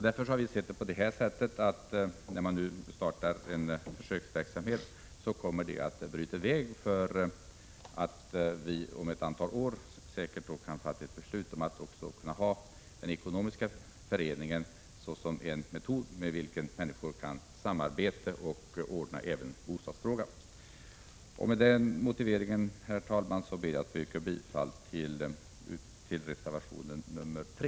Vi har sett det hela på det sättet att en försöksverksamhet kan bryta väg, så att vi om ett antal år säkert kan fatta beslut om att ha också den ekonomiska föreningen såsom en form för människor att samarbeta även när det gäller att ordna bostadsfrågan. Med denna motivering, herr talman, ber jag att få yrka bifall till reservation 3.